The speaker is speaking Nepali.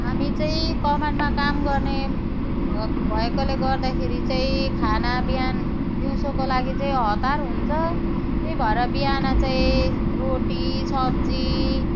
हामी चाहिँ कमानमा काम गर्ने भए भएकाले गर्दाखेरि चाहिँ खाना बिहान दिउँसोको लागि चाहिँ हतार हुन्छ त्यही भएर बिहान चाहिँ रोटी सब्जी